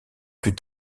plus